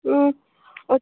ꯎꯝ